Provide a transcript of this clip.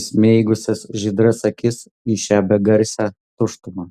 įsmeigusias žydras akis į šią begarsę tuštumą